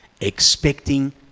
expecting